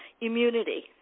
immunity